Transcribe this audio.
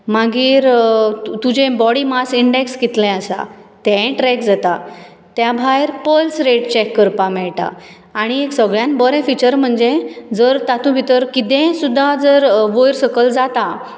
मागीर तुजें body mass index कितलें आसा तेंय ट्रेक जाता त्या भायर पल्स रॅट चॅक करपा मेळटा आनी सगळ्यांत बरें फिचर म्हणजे जर तातूंत भितर कितेंय सुद्दां जर वयर सकयल जाता